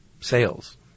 sales